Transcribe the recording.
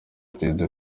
perezida